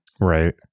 right